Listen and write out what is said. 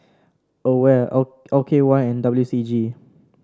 Aware L L K Y and W C G